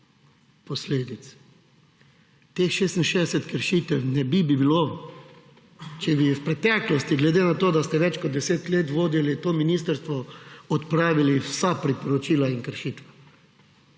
posledic. Teh 66 kršitev ne bi bilo, če bi v preteklosti, glede na to, da ste več kot 10 let vodil to ministrstvo, odpravili vsa priporočila in kršitve.